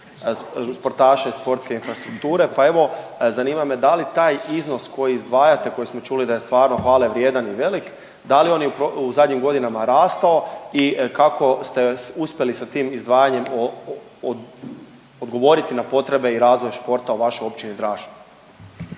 sportaša i sportske infrastrukture, pa evo, zanima me da li taj iznos koji izdvajate, koji smo čuli da je stvarno hvale vrijedan i velik, da li je on u zadnjim godinama rastao i kako ste uspjeli sa tim izdvajanjem odgovoriti na potrebe i razvoj športa u vašoj Općini Draž?